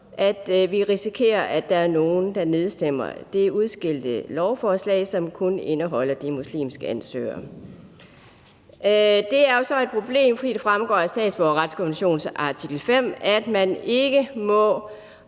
at vi risikerer, at der er nogen, der nedstemmer det udskilte lovforslag, som kun indeholder de muslimske ansøgere. Det er så et problem, fordi det fremgår af statsborgerretskonventionens artikel 5, at man ikke må